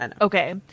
okay